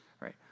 right